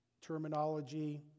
terminology